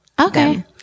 Okay